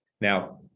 Now